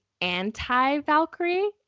anti-Valkyrie